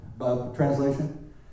translation